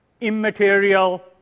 immaterial